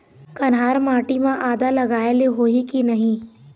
कन्हार माटी म आदा लगाए ले होही की नहीं?